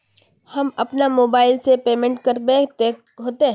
हम अपना मोबाईल से पेमेंट करबे ते होते?